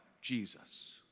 Jesus